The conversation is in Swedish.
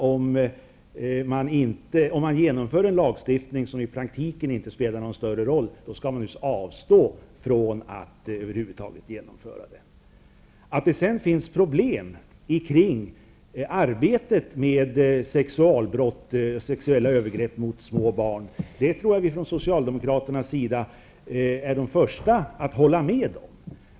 Om en lagstiftning i praktiken inte spelar någon större roll, är det uppenbart att man skall avstå från att över huvud taget genomföra den. Att det sedan finns problem kring arbetet med lagstiftning rörande sexuella övergrepp mot små ban tror jag att vi från Socialdemokraternas sida är de första att hålla med om.